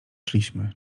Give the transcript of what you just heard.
szliśmy